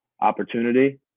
opportunity